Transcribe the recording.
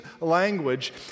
language